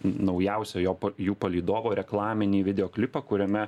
naujausio jo jų palydovo reklaminį videoklipą kuriame